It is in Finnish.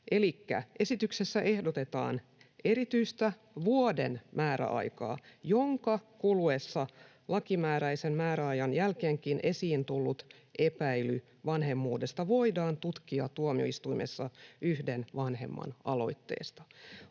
esityksessä ehdotetaan erityistä vuoden määräaikaa, jonka kuluessa lakimääräisen määräajan jälkeenkin esiin tullut epäily vanhemmuudesta voidaan tutkia tuomioistuimessa yhden vanhemman aloitteesta.